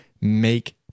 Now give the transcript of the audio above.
make